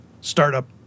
startup